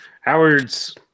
Howard's